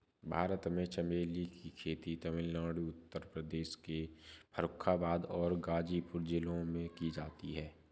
भारत में चमेली की खेती तमिलनाडु उत्तर प्रदेश के फर्रुखाबाद और गाजीपुर जिलों में की जाती है